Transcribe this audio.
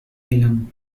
milán